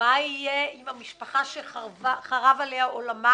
מה יהיה עם המשפחה שחרב עליה עולמה?